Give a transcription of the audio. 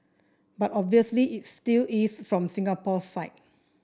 but obviously it still is from Singapore's side